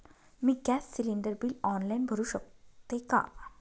मी gas cylinder bill online भरु शकते का?